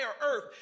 earth